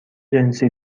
جنسی